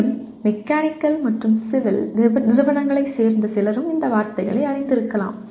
மேலும் மெக்கானிக்கல் மற்றும் சிவில் நிறுவனங்களைச் சேர்ந்த சிலரும் இந்த வார்த்தைகளை அறிந்திருக்கலாம்